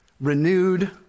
renewed